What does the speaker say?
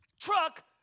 truck